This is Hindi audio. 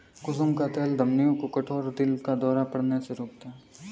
कुसुम का तेल धमनियों को कठोर और दिल का दौरा पड़ने से रोकता है